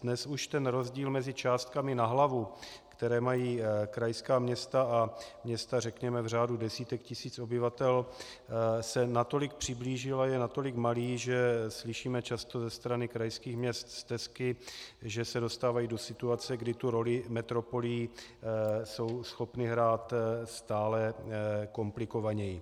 Dnes už rozdíl mezi částkami na hlavu, které mají krajská města a města řekněme v řádu desítek tisíc obyvatel, se natolik přiblížil a je natolik malý, že slyšíme často ze strany krajských měst stesky, že se dostávají do situace, kdy tu roli metropolí jsou schopny hrát stále komplikovaněji.